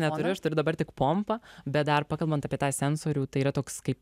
neturiu aš turiu dabar tik pompą bet dar pakalbant apie tą sensorių tai yra toks kaip